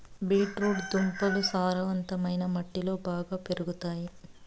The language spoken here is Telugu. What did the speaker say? బీట్ రూట్ దుంపలు సారవంతమైన మట్టిలో బాగా పెరుగుతాయి